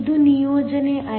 ಇದು ನಿಯೋಜನೆ 5